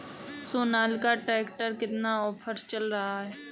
Sonalika tractor में कितना offer चल रहा है?